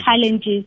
challenges